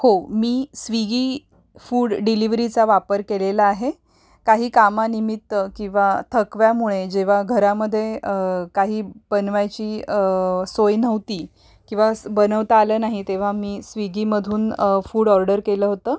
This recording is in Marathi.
हो मी स्विगी फूड डिलिव्हरीचा वापर केलेला आहे काही कामानिमित्त किंवा थकव्यामुळे जेव्हा घरामध्ये काही बनवायची सोय नव्हती किंवा बनवता आलं नाही तेव्हा मी स्विगीमधून फूड ऑर्डर केलं होतं